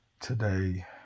Today